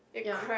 ya